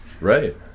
Right